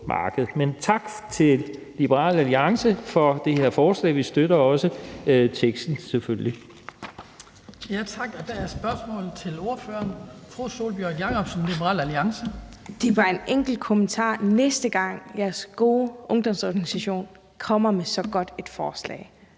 tak til Liberal Alliance for det her forslag til vedtagelse. Vi støtter selvfølgelig